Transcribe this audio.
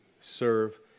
serve